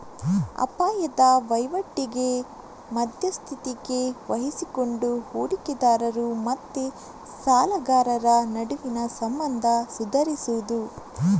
ಅಪಾಯದ ವೈವಾಟಿಗೆ ಮಧ್ಯಸ್ಥಿಕೆ ವಹಿಸಿಕೊಂಡು ಹೂಡಿಕೆದಾರರು ಮತ್ತೆ ಸಾಲಗಾರರ ನಡುವಿನ ಸಂಬಂಧ ಸುಧಾರಿಸುದು